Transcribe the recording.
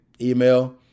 Email